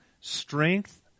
strength